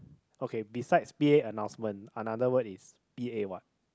okay beside p_a annoucement another word is p_a what